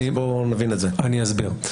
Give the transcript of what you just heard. אני אסביר.